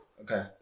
Okay